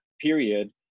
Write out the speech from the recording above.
period